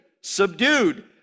subdued